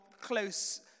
close